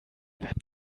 werden